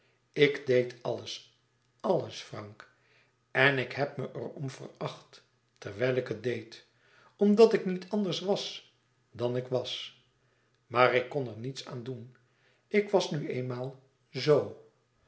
ik deed alles àlles frank en ik heb me er om veracht terwijl ik het deed omdat ik niet anders was dàn ik was maar ik kon er niets aan doen ik was nu eenmaal zo